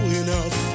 enough